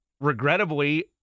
regrettably